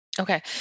Okay